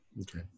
Okay